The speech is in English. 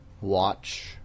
watch